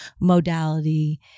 modality